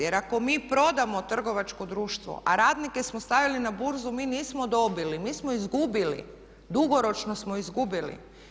Jer ako mi prodamo trgovačko društvo, a radnike smo stavili na burzu mi nismo dobili, mi smo izgubili, dugoročno smo izgubili.